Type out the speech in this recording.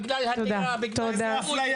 בגלל --- איזו הפליה?